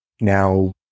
now